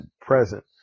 present